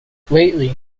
lately